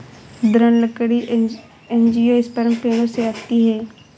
दृढ़ लकड़ी एंजियोस्पर्म पेड़ों से आती है